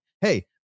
hey